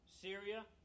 Syria